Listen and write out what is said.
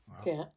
okay